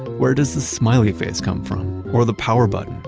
where does the smiley face come from or the power button?